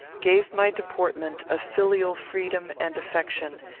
gave my deportment a filial freedom and affection,